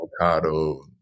avocado